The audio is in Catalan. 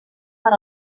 per